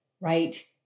right